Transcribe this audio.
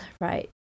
right